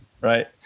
right